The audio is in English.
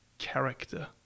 character